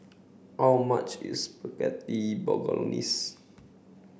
how much is Spaghetti Bolognese